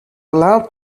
allowed